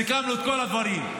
סיכמנו את כל הדברים.